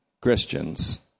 Christians